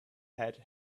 had